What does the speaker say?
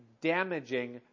damaging